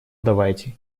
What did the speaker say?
давайте